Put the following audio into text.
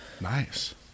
Nice